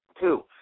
Two